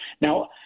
Now